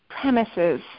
premises